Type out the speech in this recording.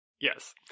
Yes